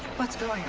what's going on?